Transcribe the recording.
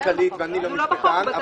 את אמנם מנכ"לית ואני לא משפטן,